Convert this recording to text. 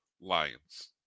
Lions